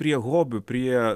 prie hobių prie